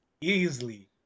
Easily